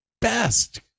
best